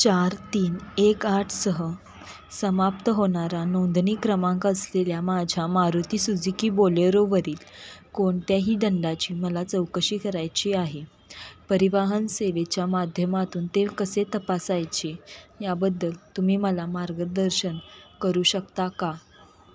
चार तीन एक आठसह समाप्त होणारा नोंदणी क्रमांक असलेल्या माझ्या मारुती सुजकी बोलेरोवरील कोणत्याही दंडाची मला चौकशी करायची आहे परिवहन सेवेच्या माध्यमातून ते कसे तपासायचे याबद्दल तुम्ही मला मार्गदर्शन करू शकता का